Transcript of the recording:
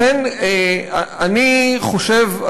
לכן אני חושב,